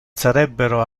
sarebbero